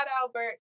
albert